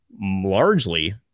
Largely